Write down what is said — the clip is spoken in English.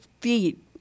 feet